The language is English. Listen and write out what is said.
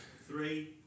Three